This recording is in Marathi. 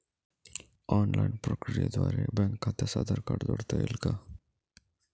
ऑनलाईन प्रक्रियेद्वारे बँक खात्यास आधार कार्ड जोडता येईल का?